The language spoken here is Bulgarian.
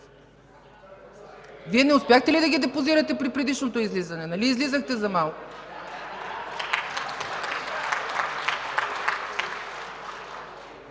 Вие не успяхте ли да ги депозирате при предишното излизане? Нали излизахте за малко?